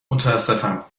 متاسفم